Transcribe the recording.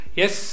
yes